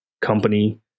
company